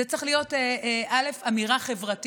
זו צריכה להיות אמירה חברתית,